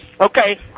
Okay